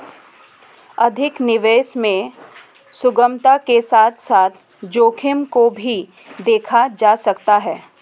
अधिक निवेश में सुगमता के साथ साथ जोखिम को भी देखा जा सकता है